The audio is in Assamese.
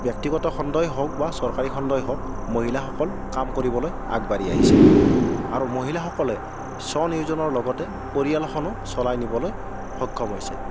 ব্যক্তিগত খণ্ডই হওঁক বা চৰকাৰী খণ্ডই হওঁক মহিলাসকলে কাম কৰিবলৈ আগবাঢ়ি আহিছে আৰু মহিলাসকলে স্বনিয়োজনৰ লগতে পৰিয়ালখনো চলাই নিবলৈ সক্ষম হৈছে